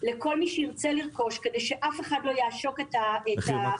לכל מי שירצה לרכוש כדי שאף אחד לא יעשוק את ההורים.